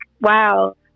wow